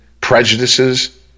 prejudices